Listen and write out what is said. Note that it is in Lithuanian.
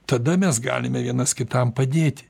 tada mes galime vienas kitam padėti